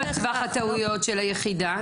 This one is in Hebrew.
מה טווח הטעויות של היחידה?